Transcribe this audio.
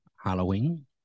Halloween